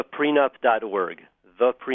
theprenup.org